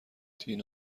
دین